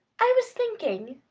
i was thinking,